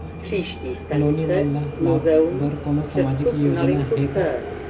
नोनी मन ल लाभ बर कोनो सामाजिक योजना हे का?